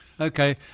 Okay